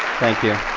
thank you.